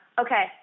Okay